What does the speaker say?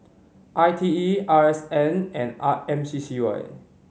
I T E R S N and R M C C Y